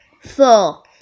four